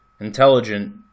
intelligent